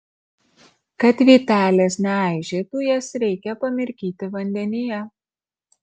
kad vytelės neaižėtų jas reikia pamirkyti vandenyje